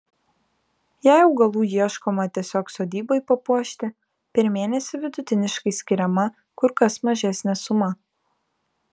jei augalų ieškoma tiesiog sodybai papuošti per mėnesį vidutiniškai skiriama kur kas mažesnė suma